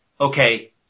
Okay